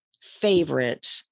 favorite